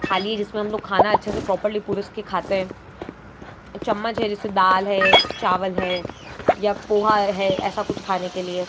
थाली है जिसमें हम लोग ख़ाना अच्छे से प्रोपर्ली परोस के खातें हैं चम्मच है जिससे दाल है चावल है या पोहा है ऐसा कुछ खाने के लिए